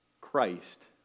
Christ